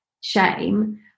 shame